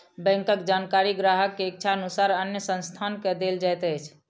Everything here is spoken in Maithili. बैंकक जानकारी ग्राहक के इच्छा अनुसार अन्य संस्थान के देल जाइत अछि